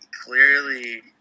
clearly